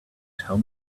tell